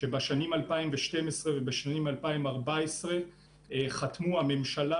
כן נכון יהיה להזכיר שבשנים 2012 ו-2014 חתמו הממשלה,